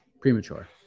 Premature